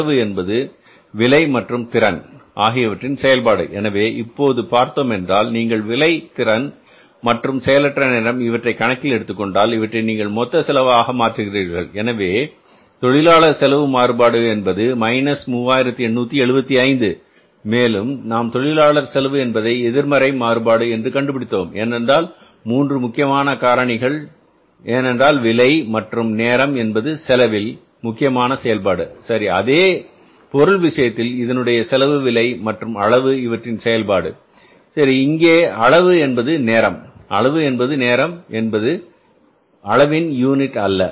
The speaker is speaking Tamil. செலவு என்பது விலை மற்றும் திறன் ஆகியவற்றின் செயல்பாடு எனவே இப்போது பார்த்தோமென்றால் நீங்கள் விலை திறன் மற்றும் செயலற்ற நேரம் இவற்றை கணக்கில் எடுத்துக்கொண்டால் இவற்றை நீங்கள் மொத்த செலவாக மாற்றுகிறீர்கள் எனவே தொழிலாளர் செலவு மாறுபாடு என்பது 3875 மேலும் நாம் தொழிலாளர் செலவு என்பதை எதிர்மறை மாறுபாடு என்று கண்டுபிடித்தோம் ஏனென்றால் மூன்று முக்கியமான காரணிகள் ஏனென்றால் விலை மற்றும் நேரம் என்பது செலவில் முக்கியமான செயல்பாடு சரி இதே பொருள் விஷயத்தில் இதனுடைய செலவு விலை மற்றும் அளவு இவற்றின் செயல்பாடு சரி இங்கே அளவு என்பது நேரம் அளவு என்பது நேரம் என்பது அளவின் யூனிட் அல்ல